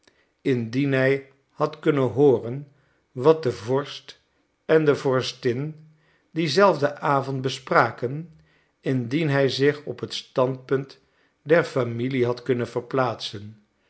indien hij had kunnen hooren wat de vorst en de vorstin dienzelfden avond bespraken indien hij zich op het standpunt der familie had kunnen verplaatsen